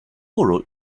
wrote